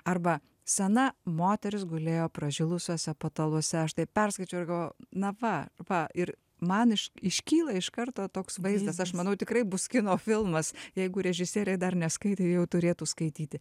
arba sena moteris gulėjo pražilusiuose pataluose aš taip perskaičiau ir galvojau na va va ir man iš iškyla iš karto toks vaizdas aš manau tikrai bus kino filmas jeigu režisieriai dar neskaitė jau turėtų skaityti